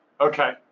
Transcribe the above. Okay